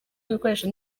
ibikoresho